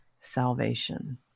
salvation